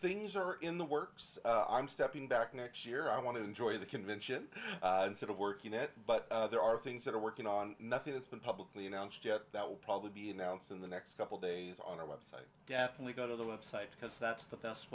things are in the works i'm stepping back next year i want to enjoy the convention instead of working it but there are things that are working on nothing that's been publicly announced yet that will probably be announced in the next couple days on our website definitely go to the web site because that's the best